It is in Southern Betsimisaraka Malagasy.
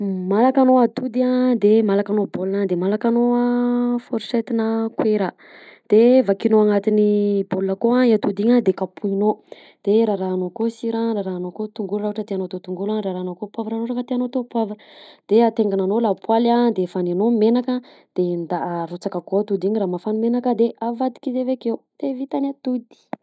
Malaka anao atody a, de malaka anao bôla, de malaka anao fôrsety na koera de vakinao agnatin'ny bola akao atody io de kapohinao de rarahanao akao sira rarahanao akao tongolo a raha ohatra tiàgnao atao tongolo a de rarahanao akao poivre raha ohatra ka tiàgnao atao poivre de atenginanao lapoaly a de afanenao menaka de enda- arotsaka akao atody iny raha mafana ny menaky de avadika izy avakeo de vita ny atody.